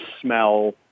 smell